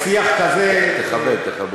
שיח כזה, אתה יכול להישאר.